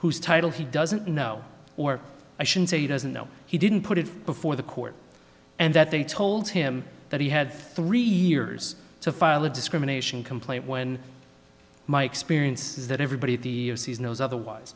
whose title he doesn't know or i should say doesn't know he didn't put it before the court and that they told him that he had three years to file a discrimination complaint when my experience is that everybody knows otherwise